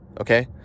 okay